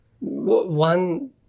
one